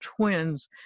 twins